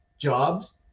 jobs